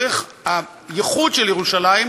דרך הייחוד של ירושלים,